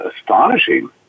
astonishing